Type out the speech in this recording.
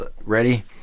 Ready